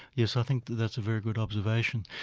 yes, i think that's a very good observation.